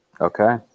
Okay